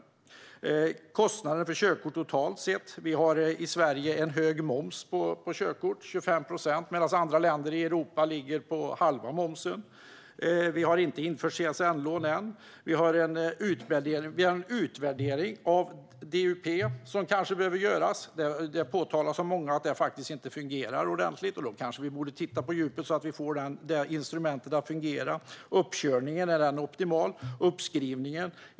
Det handlar om kostnaden för körkort totalt sett. Vi har i Sverige hög moms på körkort, 25 procent, medan andra länder i Europa ligger på halva momsen. Vi har inte infört CSN-lån ännu. Vi har en utvärdering av DUP som kanske behöver göras. Det har påtalats av många att detta inte fungerar ordentligt, och då kanske vi borde se efter på djupet så att vi får detta instrument att fungera. Är uppkörningen optimal? Och hur är det med uppskrivningen?